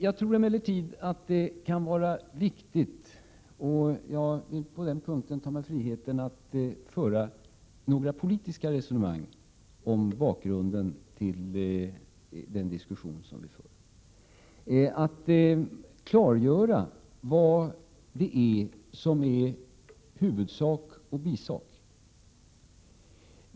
15 april 1988 Jag vill på denna punkt ta mig friheten att föra några politiska resonemang om bakgrunden till den diskussion vi för. Jag tror att det är viktigt att klargöra vad som är huvudsak och bisak.